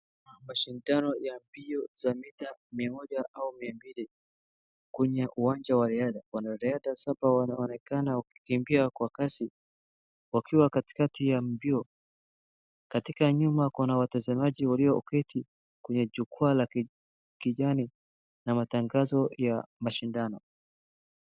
Mashindano ya mbio za mita mia moja au mia mbili kwenye uwanja wa riadha. Wanariadha saba wanaonekana wakikimbia kwa kasi wakiwa katikati ya mbio. Katika nyuma kuna watazamaji walioketi kwenye jukwa la kijani na matangazo ya mashindano.